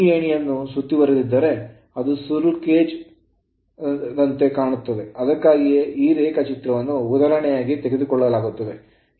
ಈ ಏಣಿಯನ್ನು ಸುತ್ತುವರೆದಿದ್ದರೆ ಅದು squirrel cageದಂತೆ ಕಾಣುತ್ತದೆ ಅದಕ್ಕಾಗಿಯೇ ಈ ರೇಖಾಚಿತ್ರವನ್ನು ಉದಾಹರಣೆಯಾಗಿ ತೆಗೆದುಕೊಳ್ಳಲಾಗುತ್ತದೆ